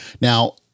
Now